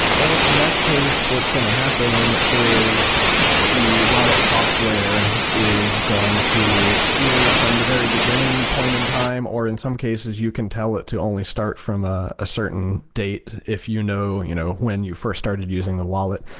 well, in that case, what's going to happen is the wallet software is going to either, from the very beginning point in time, or in some cases you can tell it to only start from a ah certain date if you know you know when you first started using the wallet.